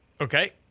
okay